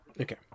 Okay